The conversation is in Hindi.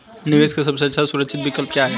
निवेश का सबसे सुरक्षित विकल्प क्या है?